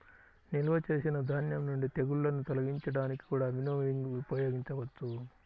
నిల్వ చేసిన ధాన్యం నుండి తెగుళ్ళను తొలగించడానికి కూడా వినోవింగ్ ఉపయోగించవచ్చు